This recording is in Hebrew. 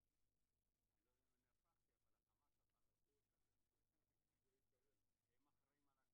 טוב לכולם, לחבריי חברי הכנסת דן סידה וחיים ילין